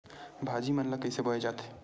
भाजी मन ला कइसे बोए जाथे?